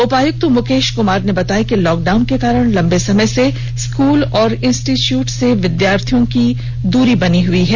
उपायुक्त मुकेश कुमार ने बताया लॉक डाउन के कारण लंबे समय से स्कूल और इंस्टिट्यूट से विद्यार्थियों की दूरी बनी हई है